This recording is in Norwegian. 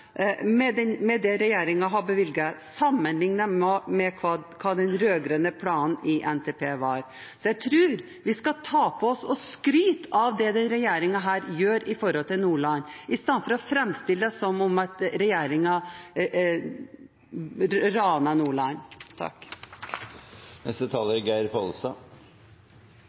med det regjeringen har bevilget – sammenlignet med hva den rød-grønne planen i NTP var. Jeg tror vi skal ta på oss å skryte av det denne regjeringen gjør for Nordland – i stedet for å framstille det som at regjeringen raner Nordland.